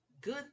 good